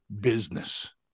business